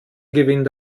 gewinnt